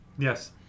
Yes